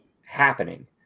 happening